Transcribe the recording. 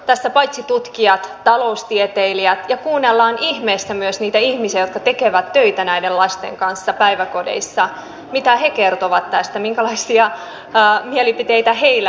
tässä paitsi tutkijoita taloustieteilijöitä niin kuunnellaan ihmeessä myös niitä ihmisiä jotka tekevät töitä näiden lasten kanssa päiväkodeissa mitä he kertovat tästä minkälaisia mielipiteitä heillä on